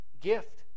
gift